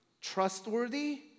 trustworthy